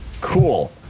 cool